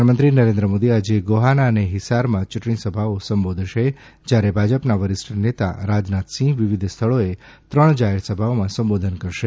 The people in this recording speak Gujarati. પ્રધાનમંત્રી નરેન્દ્ર મોદી આજે ગોહાના અને હિસ્સારમાં ચૂંટણી સભાઓ સંબોધશે જ્યારે ભાજપના વરિષ્ઠ નેતા રાજનાથ સિંહ વિવિધ સ્થળોએ ત્રણ જાહેરસભાઓમાં સંબોધન કરશે